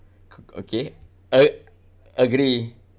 c~ okay a~ agree